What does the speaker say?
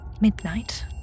Midnight